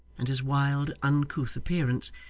and his wild, uncouth appearance,